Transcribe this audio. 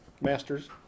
Masters